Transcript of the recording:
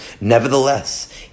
nevertheless